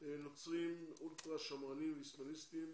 נוצרים אולטרה שמרנים, איסלמיסטיים,